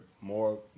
more